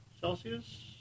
Celsius